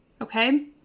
okay